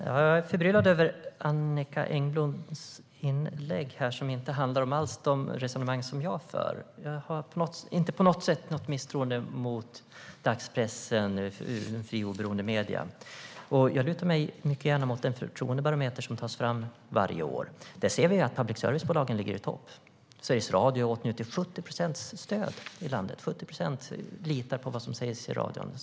Herr talman! Jag är förbryllad över Annicka Engbloms inlägg, som inte alls handlar om de resonemang som jag för. Jag misstror inte på något sätt dagspress eller andra fria och oberoende medier. Jag lutar mig gärna mot den förtroendebarometer som tas fram varje år. Här ligger public service-bolagen i topp. 70 procent av landets invånare känner förtroende för Sveriges Radio och litar på vad som sägs där.